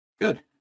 Good